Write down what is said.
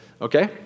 okay